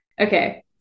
Okay